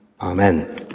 Amen